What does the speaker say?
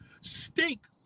Stink